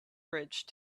bridge